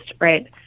right